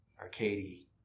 Arcady